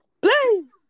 please